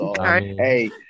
Hey